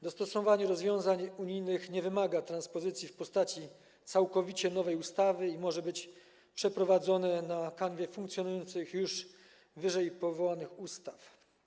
Dostosowanie rozwiązań unijnych nie wymaga transpozycji w postaci wprowadzenia całkowicie nowej ustawy i może być przeprowadzone na kanwie funkcjonujących już wyżej przywołanych ustaw.